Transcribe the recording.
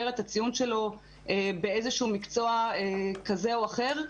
את הציון שלו באיזשהו מקצוע כזה או אחר?